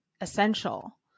essential